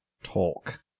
talk